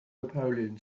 napoleon